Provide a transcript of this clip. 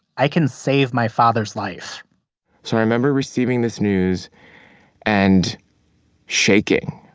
i can save my father's life so i remember receiving this news and shaking.